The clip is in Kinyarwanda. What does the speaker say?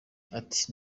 ati